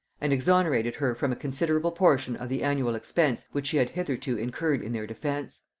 and exonerated her from a considerable portion of the annual expense which she had hitherto incurred in their defence.